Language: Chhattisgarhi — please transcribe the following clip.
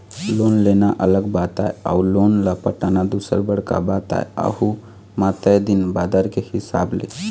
लोन लेना अलग बात आय अउ लोन ल पटाना दूसर बड़का बात आय अहूँ म तय दिन बादर के हिसाब ले